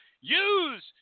Use